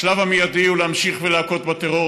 השלב המיידי הוא להמשיך ולהכות בטרור,